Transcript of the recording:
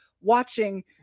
watching